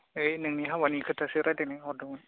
होइ नोंनि हाबानि खोथासो रायलायनो हरदोंमोन